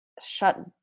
shut